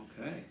okay